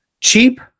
Cheap